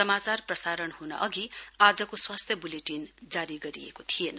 समाचार प्रसारण हुनअघि आजको स्वास्थ्य बुलेटिन जारी गरिएको थिएन